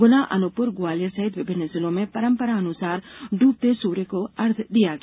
गुना अनूपपुर ग्वालियर सहित विभिन्न जिलों में परंपरा अनुसार ड्रबते सूर्य को अर्घ्य दिया गया